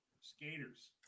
skaters